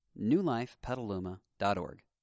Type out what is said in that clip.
newlifepetaluma.org